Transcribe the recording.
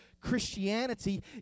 Christianity